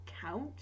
count